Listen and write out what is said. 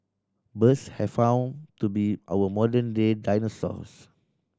birds have found to be our modern day dinosaurs